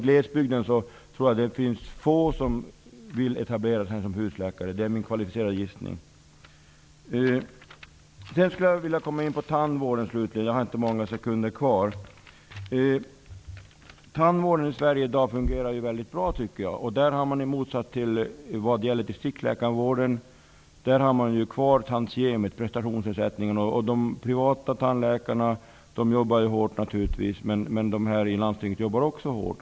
Jag tror att det är få som vill etablera sig som husläkare i glesbygden. Det är min kvalificerade gissning. Slutligen vill jag tala om tandvården. Tandvården fungerar i dag mycket bra i Sverige. I motsats till vad som gäller distriktsläkarvården har man fortfarande kvar tantiemet, prestationsersättningen. De privata tandläkarna jobbar naturligtvis hårt, men tandläkarna i landstinget jobbar också hårt.